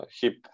hip